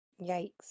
Yikes